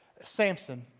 Samson